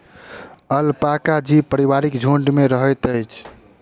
alpaca जीव पारिवारिक झुण्ड में रहैत अछि